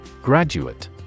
Graduate